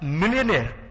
millionaire